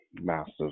massive